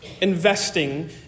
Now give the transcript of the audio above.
Investing